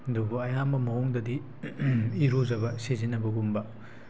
ꯑꯗꯨꯕꯨ ꯑꯌꯥꯝꯕ ꯃꯑꯣꯡꯗꯗꯤ ꯏꯔꯨꯖꯕ ꯁꯤꯖꯟꯅꯕꯒꯨꯝꯕ